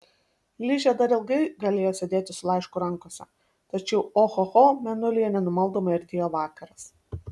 ližė dar ilgai galėjo sėdėti su laišku rankose tačiau ohoho mėnulyje nenumaldomai artėjo vakaras